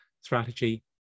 strategy